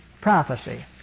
prophecy